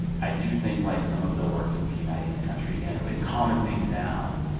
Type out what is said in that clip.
i do think, like, some of the work of uniting the country again, or at least calming things down,